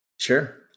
Sure